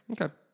Okay